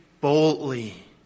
boldly